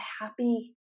happy